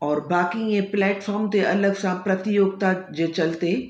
और बाक़ी ईअं प्लेटफॉम ते अलॻि सां प्रतियोगिता जे चलते